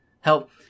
Help